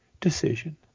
decision